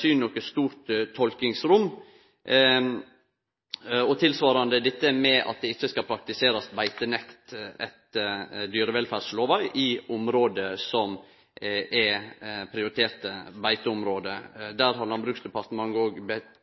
syn, noko stort tolkingsrom. Og tilsvarande gjeld at det ikkje skal praktiserast beitenekt etter dyrevelferdslova i område som er prioriterte beiteområde. Der har Landbruksdepartementet òg bedt